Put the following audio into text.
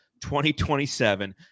2027